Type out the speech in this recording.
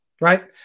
Right